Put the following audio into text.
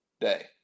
day